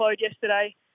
yesterday